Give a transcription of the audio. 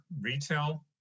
retail